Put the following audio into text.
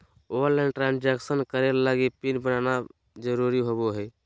online transaction करे लगी PIN बनाना जरुरी होबो हइ